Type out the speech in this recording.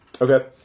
Okay